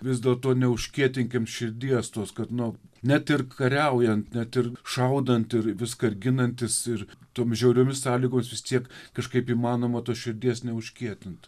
vis dėlto neužkietinkim širdies tos kad nu net ir kariaujant net ir šaudant ir viską ir ginantis ir tomis žiauriomis sąlygomis vis tiek kažkaip įmanoma tos širdies neužkietint